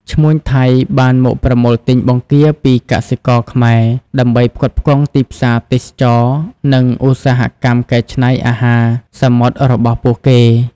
ឈ្មួញថៃបានមកប្រមូលទិញបង្គាពីកសិករខ្មែរ ដើម្បីផ្គត់ផ្គង់ទីផ្សារទេសចរណ៍ និងឧស្សាហកម្មកែច្នៃអាហារសមុទ្ររបស់ពួកគេ។